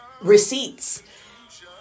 receipts